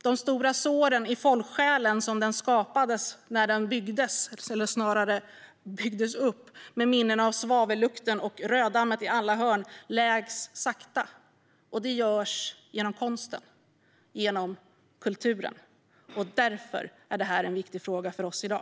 De stora såren i folksjälen som den skapade när den byggdes, eller snarare byggdes upp, med minnen av svavellukten och röddammet i alla hörn läks sakta, och det görs genom konsten och kulturen. Därför är detta en viktig fråga för oss i dag.